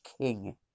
king